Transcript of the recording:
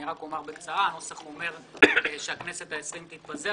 אני רק אומר בקצרה: הנוסח אומר שהכנסת ה-20 תתפזר